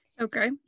Okay